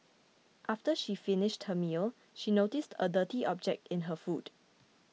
after she finished her meal she noticed a dirty object in her food